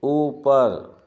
ऊपर